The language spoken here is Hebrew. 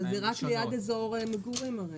אבל זה רק ליד אזור מגורים הרי.